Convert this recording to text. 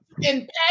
impact